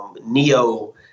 neo